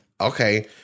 okay